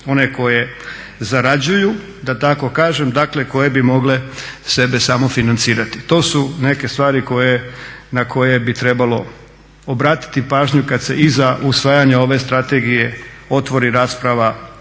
one koje zarađuju da tako kažem, dakle koje bi mogle sebe samo financirati. To su neke stvari na koje bi trebalo obratiti pažnju kad se iza usvajanja ove strategije otvori rasprava